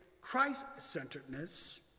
Christ-centeredness